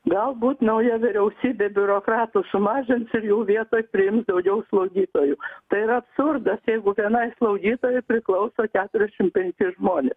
galbūt nauja vyriausybė biurokratų sumažins ir jų vietoj priims daugiau slaugytojų tai yra absurdas jeigu vienai slaugytojai priklauso keturiašim penki žmonės